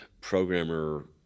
programmer